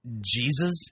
Jesus